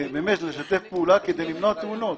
לשתף פעולה כדי למנוע תאונות.